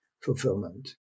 fulfillment